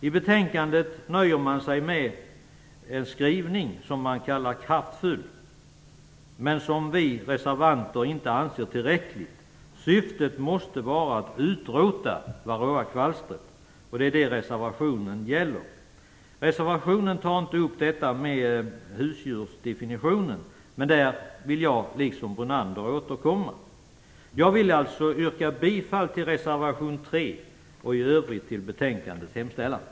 I betänkandet nöjer man sig med en skrivning som man kallar kraftfull men som vi reservanter inte anser tillräcklig. Syftet måste vara att utrota varroakvalstret. Det är det reservationen gäller. Reservationen tar inte upp frågan om husdjursdefinitionen. I den frågan vill jag liksom Lennart Brunander återkomma. Jag yrkar bifall till reservation 3 och i övrigt till utskottets hemställan.